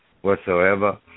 whatsoever